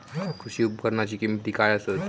कृषी उपकरणाची किमती काय आसत?